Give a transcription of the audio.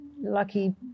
lucky